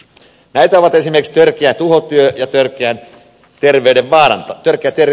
näitä ovat esimerkiksi törkeä tuhotyö ja törkeä terveyden vaarantaminen